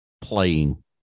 playing